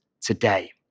today